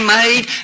made